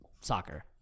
soccer